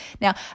Now